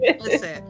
Listen